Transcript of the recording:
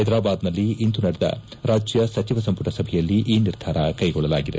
ಹೈದರಾಬಾದ್ನಲ್ಲಿ ಇಂದು ನಡೆದ ರಾಜ್ಯ ಸಚಿವ ಸಂಪುಟ ಸಭೆಯಲ್ಲಿ ಈ ನಿರ್ಧಾರ ಕೈಗೊಳ್ಳಲಾಗಿದೆ